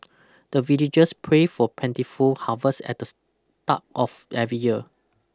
the villagers pray for plentiful harvest at the start of every year